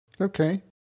Okay